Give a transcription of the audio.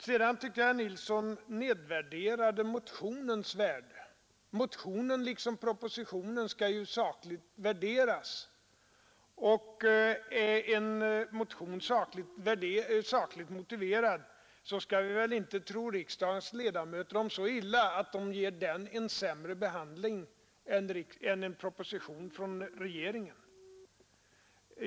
Jag tyckte att herr Nilsson nedvärderade motionen om en alternativ skola. En motion liksom en proposition skall ju sakligt värderas. Är en motion sakligt motiverad, skall vi väl inte tro så illa om riksdagens ledamöter som att de skulle ge den en sämre behandling än en proposition från regeringen.